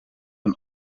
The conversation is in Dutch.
een